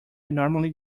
normally